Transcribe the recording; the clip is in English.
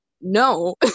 no